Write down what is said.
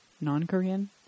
non-Korean